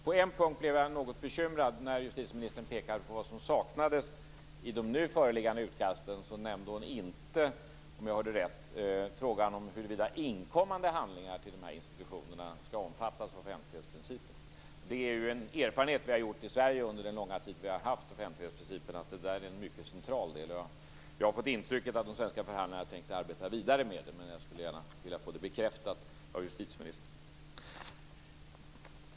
På en punkt blev jag något bekymrad. När justitieministern pekade på vad som saknas i de nu föreliggande utkasten nämnde hon inte, om jag hörde rätt, frågan om huruvida inkommande handlingar till institutionerna skall omfattas av offentlighetsprincipen. Det är ju en erfarenhet vi har gjort i Sverige under den långa tid vi har haft en offentlighetsprincip att det här är en mycket central del. Jag har fått intrycket att de svenska förhandlarna tänker arbeta vidare med det. Men jag skulle gärna vilja få det bekräftat av justitieministern.